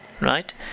right